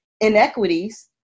inequities